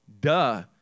duh